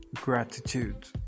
Gratitude